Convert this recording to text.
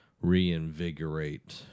reinvigorate